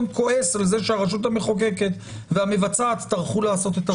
כועס על זה שהרשות המחוקקת והמבצעת טרחו לעשות את עבודתם.